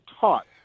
taught